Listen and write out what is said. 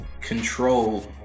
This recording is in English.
control